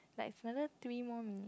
like it's another three more minute